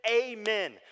amen